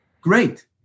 great